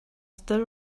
still